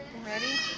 ready?